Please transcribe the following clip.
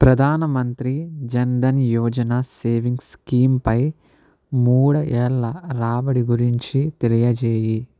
ప్రధాన మంత్రి జన్ ధన్ యువజన savings scheme పై మూడు ఏళ్ల రాబడి గురించి తెలియజేయి